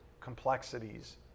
complexities